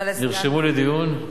נרשמו לדיון?